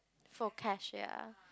for cashier